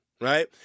right